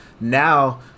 Now